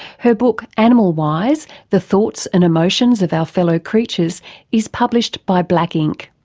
her book animal wise the thoughts and emotions of our fellow creatures is published by black inc.